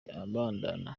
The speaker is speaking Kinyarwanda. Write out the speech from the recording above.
yabura